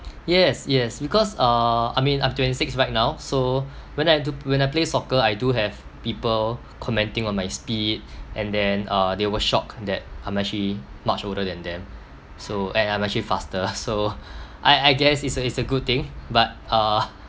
yes yes because uh I mean I'm twenty six right now so when I do when I play soccer I do have people commenting on my speed and then uh they were shocked that I'm actually much older than them so and I'm actually faster so I I guess it's a it's a good thing but uh